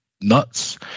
nuts